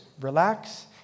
Relax